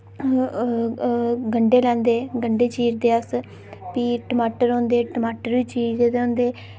गंढे लैंदे गंढे चीरदे अस फ्ही टमाटर होंदे टमाटर बी चीरे दे होंदे